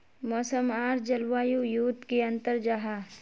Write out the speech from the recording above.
मौसम आर जलवायु युत की अंतर जाहा?